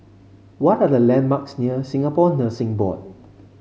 what are the landmarks near Singapore Nursing Board